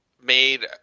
made